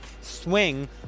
swing